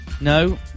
no